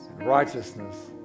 righteousness